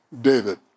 David